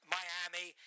Miami